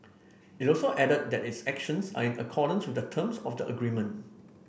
it also added that its actions are in accordance the terms of the agreement